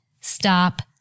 stop